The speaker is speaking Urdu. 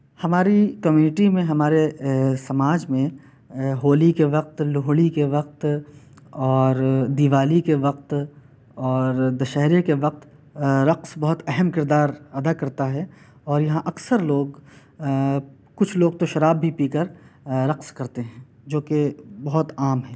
ہماری کمیٹی میں ہمارے سماج میں ہولی کے وقت لوہڑی کے وقت اور دیوالی کے وقت اور دشہرے کے وقت رقص بہت اہم کردار ادا کرتا ہے اور یہاں اکثر لوگ کچھ لوگ تو شراب بھی پی کر رقص کرتے ہیں جو کہ بہت عام ہے